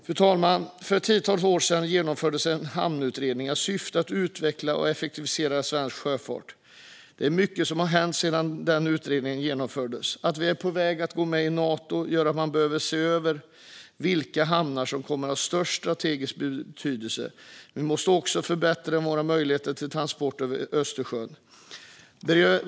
För ett tiotal år sedan genomfördes en hamnutredning i syfte att utveckla och effektivisera svensk sjöfart. Det är mycket som har hänt sedan den utredningen genomfördes. Att vi är på väg att gå med i Nato gör att man behöver se över vilka hamnar som kommer att ha störst strategisk betydelse. Vi måste också förbättra våra möjligheter till transporter över Östersjön.